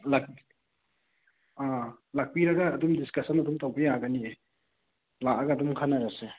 ꯂꯥꯛꯄꯤ ꯑꯥ ꯂꯥꯛꯄꯤꯔꯒ ꯑꯗꯨꯝ ꯗꯤꯁꯀꯁꯟ ꯑꯗꯨꯝ ꯇꯧꯕ ꯌꯥꯒꯅꯤꯌꯦ ꯂꯥꯛꯑꯒ ꯑꯗꯨꯝ ꯈꯟꯅꯔꯁꯦ